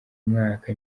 mwaka